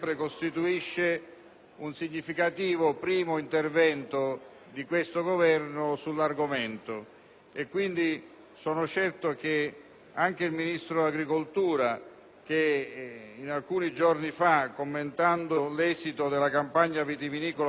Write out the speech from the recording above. significativo intervento di questo Governo sull'argomento. Sono certo che anche il Ministro dell'agricoltura che, alcuni giorni fa, commentando l'esito della campagna vitivinicola 2008,